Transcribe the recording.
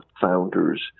founders